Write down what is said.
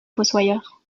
fossoyeur